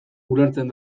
ulertzen